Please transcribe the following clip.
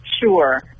Sure